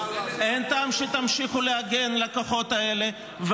אין טעם שתמשיכו להגן על הכוחות האלה.